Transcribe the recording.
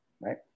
Right